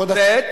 --- ב.